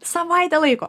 savaitę laiko